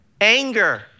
Anger